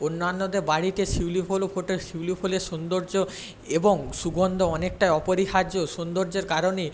অন্যান্যদের বাড়িতে শিউলি ফুলও ফোটে শিউলি ফুলের সৌন্দর্য এবং সুগন্ধ অনেকটা অপরিহার্য সৌন্দর্যের কারণে